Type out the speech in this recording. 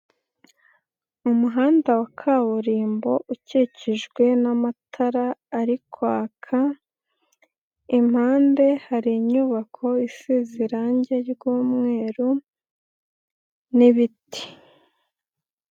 Umuhanda wa kaburimbo ukikijwe n'amatara ari kwaka, impande hari inyubako isize irange ry'umweru, n'ibiti.